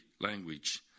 language